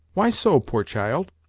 why so, poor child?